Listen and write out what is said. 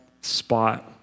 spot